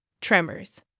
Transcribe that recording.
Tremors